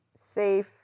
safe